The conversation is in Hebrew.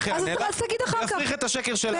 לאזרחי מדינת ישראל,